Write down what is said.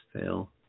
fail